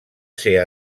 ser